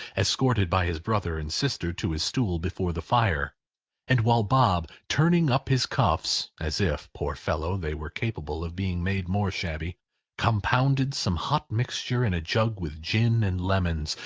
escorted by his brother and sister to his stool before the fire and while bob, turning up his cuffs as if, poor fellow, they were capable of being made more shabby compounded some hot mixture in a jug with gin and lemons,